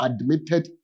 admitted